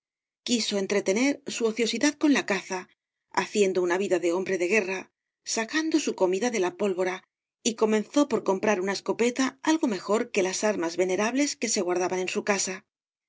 quiso entretener su ociosidad con la caza haciendo una vida de hombre de guerra sacando su comida de la pólvora y co menzó por comprar una escopeta algo mejor que las armas venerables que se guardaban en su casa